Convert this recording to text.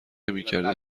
نمیکرده